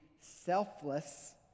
selfless